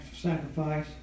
sacrifice